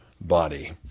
body